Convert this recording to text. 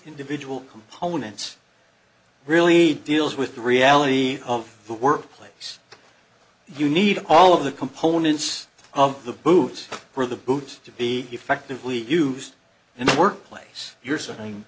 individual components really deals with the reality of the workplace you need all of the components of the boots for the boots to be effectively used in the workplace you're saying